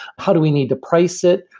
how do we need to price it?